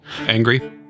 angry